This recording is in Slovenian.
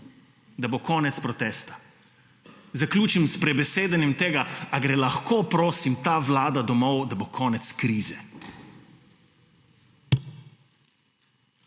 da bo konec protesta. Zaključim s prebesedenjem tega: a gre lahko, prosim, ta vlada domov, da bo konec krize?